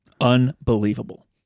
Unbelievable